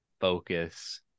Focus